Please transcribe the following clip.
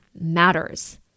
matters